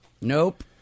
Nope